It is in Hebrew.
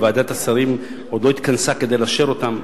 ועדת השרים עוד לא התכנסה כדי לאשר אותן,